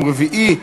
יום רביעי,